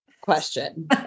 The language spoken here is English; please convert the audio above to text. question